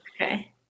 okay